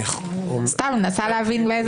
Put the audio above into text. מנסה להבין.